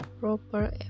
proper